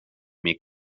gick